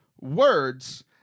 words